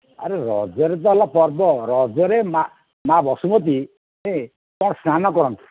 ଆରେ ରଜରେ ତ ହେଲା ପର୍ବ ରଜରେ ମାଆ ବସୁମତୀ ସ୍ନାନ କରନ୍ତି